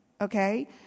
Okay